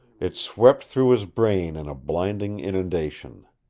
it swept through his brain in a blinding inundation.